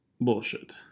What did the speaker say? bullshit